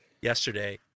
yesterday